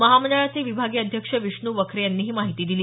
महामंडळाचे विभागीय अध्यक्ष विष्णू वखरे यांनी ही माहिती दिली